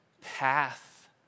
path